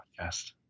podcast